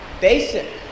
basic